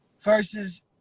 versus